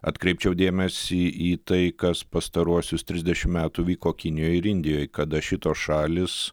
atkreipčiau dėmesį į tai kas pastaruosius trisdešim metų vyko kinijoj ir indijoj kada šitos šalys